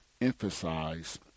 emphasize